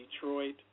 Detroit